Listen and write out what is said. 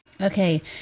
Okay